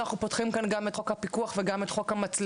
אמרנו שאנחנו פותחים כאן גם את חוק הפיקוח וגם את חוק המצלמות.